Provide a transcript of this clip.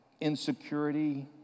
insecurity